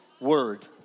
word